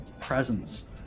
presence